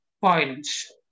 violence